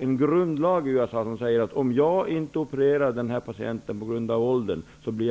en grundlag i USA som innebär att jag blir mycket illa ansatt i domstol, om jag inte opererar en patient på grund av dennes ålder.